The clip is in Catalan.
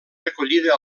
recollida